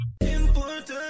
Important